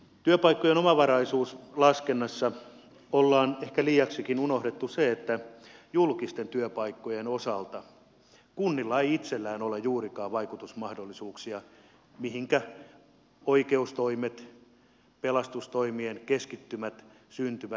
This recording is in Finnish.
työpaikkojen omavaraisuuslaskennassa ollaan ehkä liiaksikin unohdettu se että julkisten työpaikkojen osalta kunnilla ei itsellään ole juurikaan vaikutusmahdollisuuksia siinä mihinkä oikeustoimen pelastustoimen keskittymät syntyvät